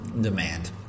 demand